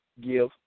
Give